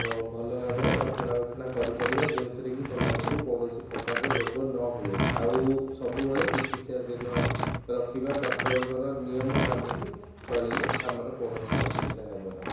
ଭଲ ଭାବେ ରକ୍ଷଣାବେକ୍ଷଣା କରିପାରିବା ଯେଉଁଥିରେକି ସେମାନଙ୍କୁ କୌଣସି ପ୍ରକାରର ରୋଗ ନ ହୁଏ ଆଉ ସବୁବେଳେ ଚିକିତ୍ସାଧିନ ରଖିବା ଡ଼କ୍ଟରଙ୍କର ନିୟମ ମାନିକି ଚଳିଲେ ଆମର କୌଣସି ଅସୁବିଧା ହେବ ନାହିଁ